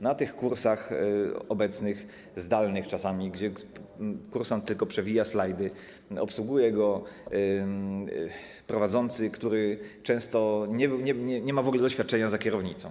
Na tych kursach obecnych, zdalnych czasami, gdzie kursant tylko przewija slajdy, obsługuje go prowadzący, który często nie ma w ogóle doświadczenia za kierownicą.